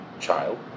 child